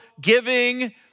giving